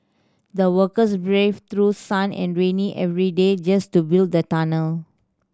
the workers braved through sun and rainy every day just to build the tunnel